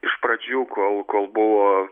iš pradžių kol kol buvo